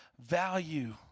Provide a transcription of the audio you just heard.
value